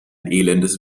elendes